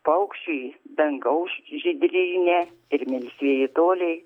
paukščiai dangaus žydrynė ir melsvieji toliai